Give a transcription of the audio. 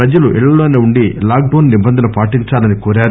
ప్రజలు ఇళ్ళల్లోనే ఉండి లాక్ డౌన్ నిబంధనలు పాటించాలని కోరారు